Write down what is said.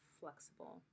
flexible